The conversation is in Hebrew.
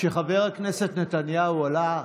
כשחבר הכנסת נתניהו עלה,